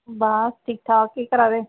बस ठीक ठाक केह् करा दे